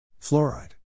Fluoride